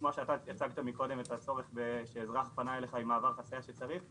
כמו שאתה הצגת קודם את הצורך כשאזרח פנה אליך עם מעבר חציה כשצריך,